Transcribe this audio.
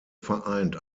vereint